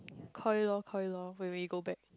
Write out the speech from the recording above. Koi lor Koi lor when we go back